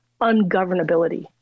ungovernability